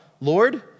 Lord